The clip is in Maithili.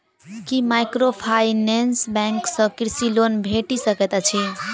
की माइक्रोफाइनेंस बैंक सँ कृषि लोन भेटि सकैत अछि?